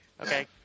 Okay